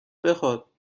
بخواد